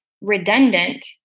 redundant